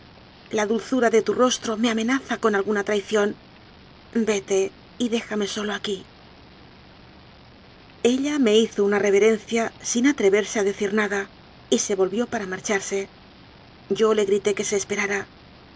la dulzura de tu rostro me amenaza con alguna traición vete y déjame solo aquí ella me hizo una reverencia sin atreverse a decir nada y se volvió para mar charse yo le grité que se esperara